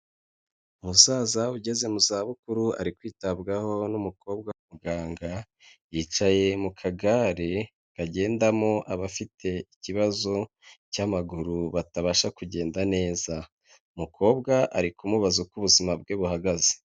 Umusaza ugeze mu zabukuru ari kwitabwaho n'umukobwa w'umuganga, yicaye mu kagare kagendamo abafite ikibazo cy'amaguru batabasha kugenda neza, umukobwa ari kumubaza uko ubuzima bwe buhagaze.